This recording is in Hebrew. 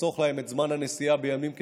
לחסוך להם את זמן הנסיעה בימים כתיקונם,